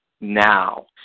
now